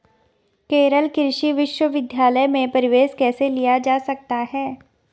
केरल कृषि विश्वविद्यालय में प्रवेश कैसे लिया जा सकता है?